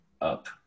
up